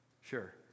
Sure